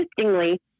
interestingly